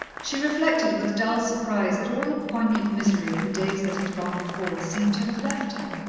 she reflected with dull surprise that all the poignant misery of the days that had gone before seemed to have left her.